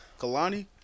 Kalani